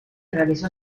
realizó